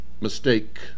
mistake